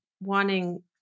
wanting